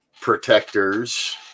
protectors